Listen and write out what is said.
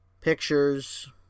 pictures